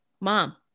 mom